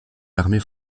l’armée